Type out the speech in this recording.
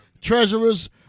treasurers